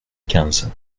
quinze